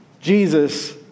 Jesus